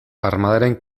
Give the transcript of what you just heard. armadaren